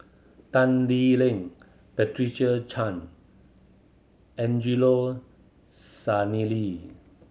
Tan Lee Leng Patricia Chan Angelo Sanelli